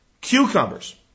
cucumbers